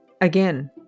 again